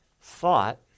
thought